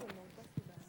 לרשותך, גברתי,